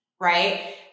right